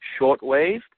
shortwave